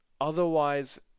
otherwise